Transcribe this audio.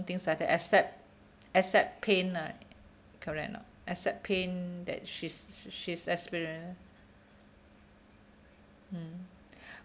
things like that except except pain ah correct or not except pain that she's she's experience mm